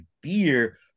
beer